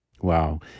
Wow